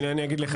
הנה אני אגיד לך.